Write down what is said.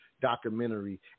Documentary